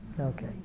okay